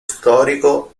storico